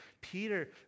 Peter